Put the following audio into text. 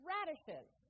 Radishes